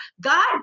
God